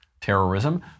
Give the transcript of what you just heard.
terrorism